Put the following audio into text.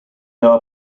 are